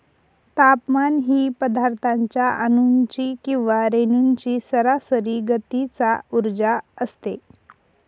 तापमान ही पदार्थाच्या अणूंची किंवा रेणूंची सरासरी गतीचा उर्जा असते